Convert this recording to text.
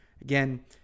Again